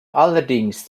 allerdings